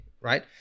right